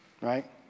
right